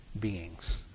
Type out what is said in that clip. beings